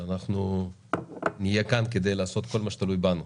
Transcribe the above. שאנחנו נהיה כאן כדי לעשות כל מה שתלוי בנו,